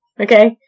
Okay